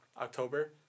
October